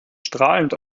strahlend